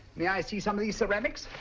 may i see some of these ceramics?